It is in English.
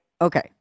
Okay